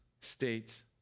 states